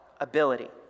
Ability